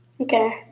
Okay